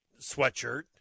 sweatshirt